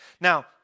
Now